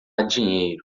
dinheiro